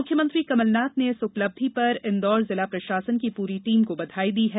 मुख्यमंत्री कमलनाथ ने इस उपलब्धि पर इन्दौर जिला प्रशानसन की पूरी टीम को बधाई दी है